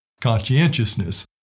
conscientiousness